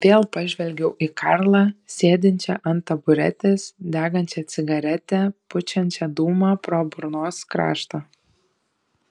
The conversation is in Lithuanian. vėl pažvelgiau į karlą sėdinčią ant taburetės degančią cigaretę pučiančią dūmą pro burnos kraštą